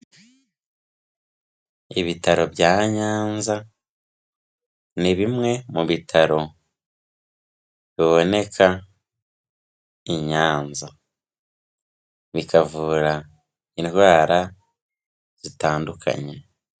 Ibitaro bya Nyanza ni bimwe mu bitaro biboneka i Nyanza, bikavura indwara zitandukanye.